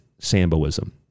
Samboism